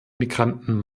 migranten